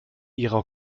ihrer